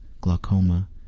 glaucoma